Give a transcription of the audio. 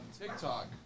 TikTok